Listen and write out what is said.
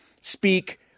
speak –